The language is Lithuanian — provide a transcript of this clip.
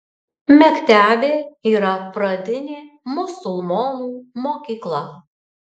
mektebė yra pradinė musulmonų mokykla